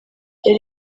yari